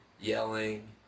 yelling